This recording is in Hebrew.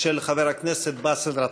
של חבר הכנסת באסל גטאס.